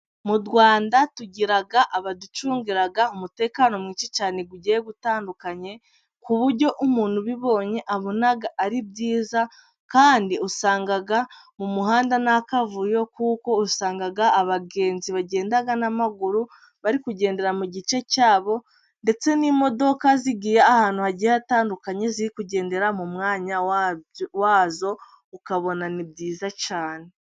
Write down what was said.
Mu Rwanda tugira abaducungira umutekano mwinshi cyane, ugiye utandukanye, ku buryo umuntu ubibonye abona ari byiza. Kandi usanga mu muhanda nta kavuyo, kuko usanga abagenzi bagenda n’amaguru bari kugendera mu gice cyabo, ndetse n’imodoka zigiye ahantu hagiye hatandukanye ziri kugendera mu mwanya wazo. Ukabona ni byiza cyane.